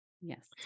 Yes